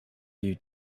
you